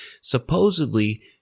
Supposedly